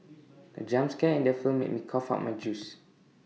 the jump scare in the film made me cough out my juice